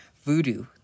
voodoo